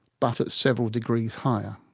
but at several degrees higher.